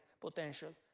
potential